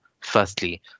firstly